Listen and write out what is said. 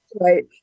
Right